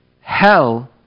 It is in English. hell